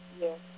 Yes